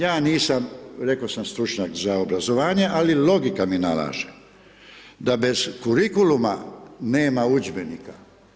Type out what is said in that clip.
Ja nisam, reko sam, stručnjak za obrazovanje, ali logika mi nalaže, da bez kurikuluma nema udžbenika.